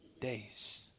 days